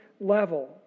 level